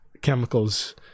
chemicals